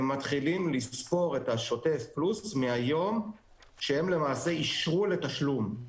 הם מתחילים לספור את השוטף מהיום שהם אישרו לתשלום.